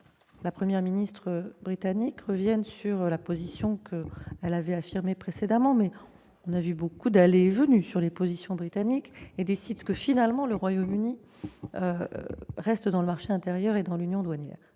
la Première ministre britannique revienne sur la position qu'elle avait affirmée précédemment- on a vu beaucoup d'allées et venues dans les positions britanniques ! -et décide que, finalement, le Royaume-Uni reste dans le marché intérieur et dans l'union douanière